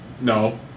No